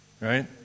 right